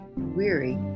Weary